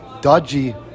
dodgy